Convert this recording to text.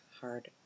hard